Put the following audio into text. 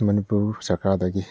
Manipur ꯁꯔꯀꯥꯔꯗꯒꯤ